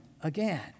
again